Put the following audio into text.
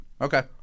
Okay